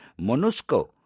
MONUSCO